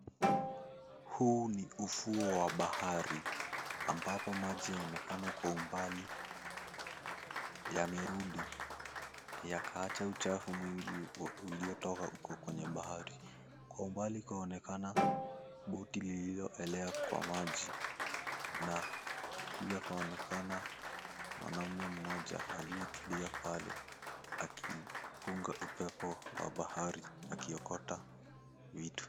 Huu ni ufuo wa bahari ambapo maji yaonekana kwa umbali yamerudi yakaacha uchafu mwingi uliotoka kwenye bahari. Kwa mbali kwa onekana boti lililoelea kwa maji na yakaonekana mwanaume mmoja aliyetulia pale akipunga upepo wa bahari akiokota vitu.